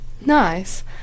Nice